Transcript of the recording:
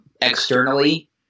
externally